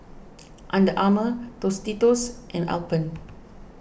Under Armour Tostitos and Alpen